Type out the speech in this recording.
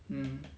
um